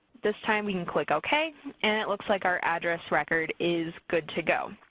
this time we can click ok and it looks like our address record is good to go.